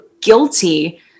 guilty